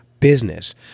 business